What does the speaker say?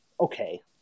okay